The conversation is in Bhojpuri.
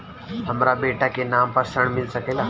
हमरा बेटा के नाम पर ऋण मिल सकेला?